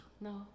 No